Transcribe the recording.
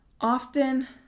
often